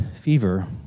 fever